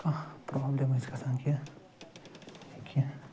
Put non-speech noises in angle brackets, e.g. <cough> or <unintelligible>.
کانٛہہ پرٛابلِم اَسہِ گَژھان کینٛہہ <unintelligible> کینٛہہ